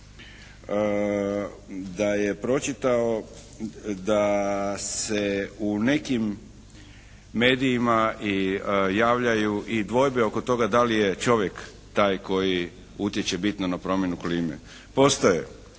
da je pročitao da se u nekim medijima javljaju i dvojbe oko toga da li je čovjek taj koji utječe bitno na promjenu klime. Postoje